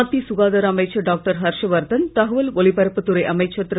மத்திய சுகாதார அமைச்சர் டாக்டர் ஹர்ஷவர்தன் தகவல் ஒலிபரப்புத் துறை அமைச்சர் திரு